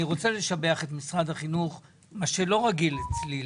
רוצה לשבח את משרד החינוך וזה דבר שלא רגיל אצלי,